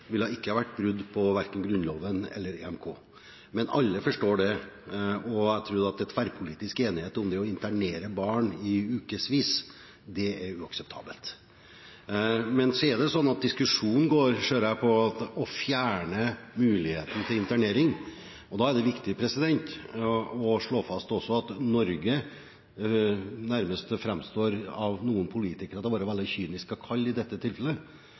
ville ikke ha vært et brudd på verken Grunnloven eller EMK. Men alle forstår – og det tror jeg det er tverrpolitisk enighet om – at å internere barn i ukesvis er uakseptabelt. Men så ser jeg at diskusjonen går på å fjerne muligheten til internering. Da er det viktig å slå fast at Norge av noen politikere nærmest framstilles som å være veldig kynisk og kaldt i dette tilfellet,